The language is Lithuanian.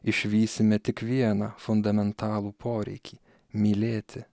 išvysime tik vieną fundamentalų poreikį mylėti